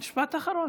משפט אחרון.